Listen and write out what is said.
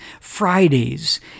Fridays